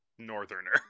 northerner